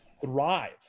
thrive